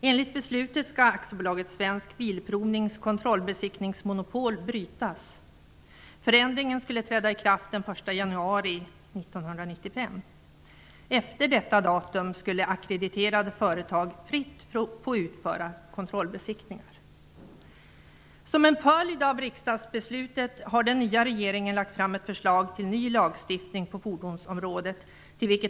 Enligt beslutet skall Som en följd av riksdagsbeslutet har den nya regeringen lagt fram ett förslag till en ny lagstiftning på fordonsområdet.